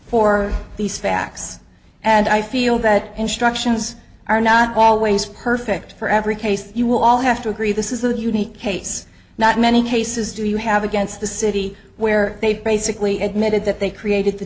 for these facts and i feel that instructions are not always perfect for every case you will all have to agree this is a unique case not many cases do you have against the city where they've basically admitted that they created the